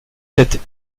têtes